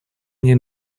мне